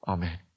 Amen